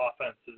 offenses